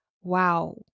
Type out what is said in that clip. wow